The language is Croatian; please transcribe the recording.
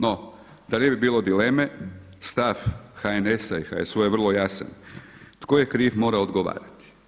No, da ne bi bilo dileme, stav HNS-a i HSU-a je vrlo jasan, tko je kriv mora odgovarati.